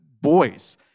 boys